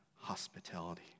hospitality